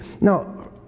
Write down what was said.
Now